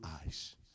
eyes